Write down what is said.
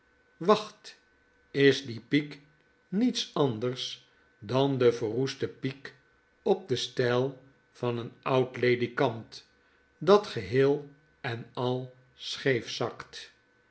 wacht is die piek niets anders dan de verroeste piek op den stjjl van een oud ledikant dat geheel en al scheef zakt